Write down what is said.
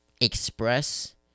express